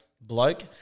bloke